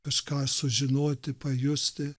kažką sužinoti pajusti